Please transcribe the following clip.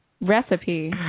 Recipe